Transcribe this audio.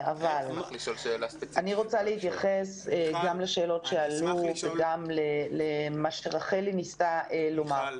אבל אני רוצה להתייחס לשאלות שעלו וגם למה שרחלי ניסתה לומר.